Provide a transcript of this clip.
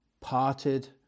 parted